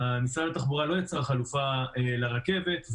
התחבורה הציבורית לא יצרה חלופה לרכבת,